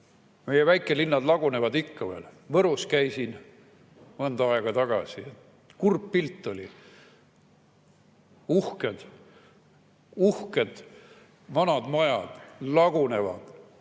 Meie väikelinnad lagunevad ikka veel. Võrus käisin mõnda aega tagasi ja pilt oli kurb: uhked vanad majad lagunevad,